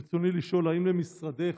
ברצוני לשאול: האם למשרדך